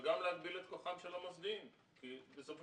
וגם להגביל את כוחם של המוסדיים כי בסופו